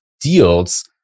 deals